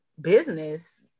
business